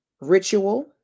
ritual